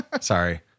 Sorry